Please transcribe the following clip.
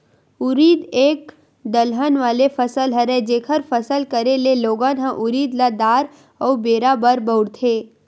उरिद एक दलहन वाले फसल हरय, जेखर फसल करे ले लोगन ह उरिद ल दार अउ बेरा बर बउरथे